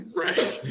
right